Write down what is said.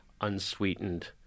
unsweetened